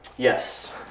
Yes